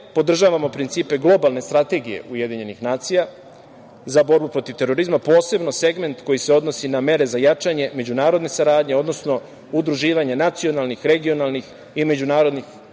podržavamo principe globalne strategije UN za borbu protiv terorizma, posebno segment koji se odnosi na mere za jačanje međunarodne saradnje, odnosno udruživanje nacionalnih, regionalnih i međunarodnih